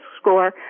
score